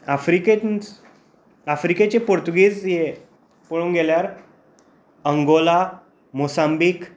आफ्रिकेन आफ्रिकेचे पुर्तुगीज हे पळोवंक गेल्यार अंगोला मोसांबीक